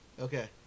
Okay